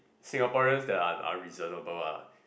Singaporeans they are unreasonable ah